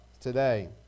today